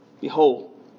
behold